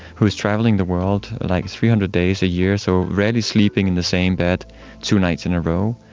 who is travelling the world like three hundred days a year, so rarely sleeping in the same bed two nights in a row,